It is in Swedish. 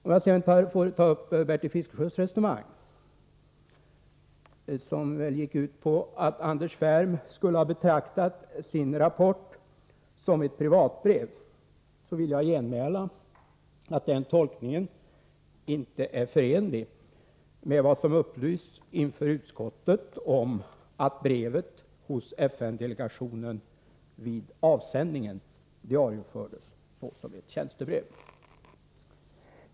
Om jag sedan får ta upp Bertil Fiskesjös resonemang, som gick ut på att Anders Ferm skulle ha betraktat sin rapport som ett privatbrev, vill jag genmäla att den tolkningen inte är förenlig med vad som upplysts inför utskottet om att brevet hos FN-delegationen vid avsändningen diariefördes såsom ett tjänstebrev.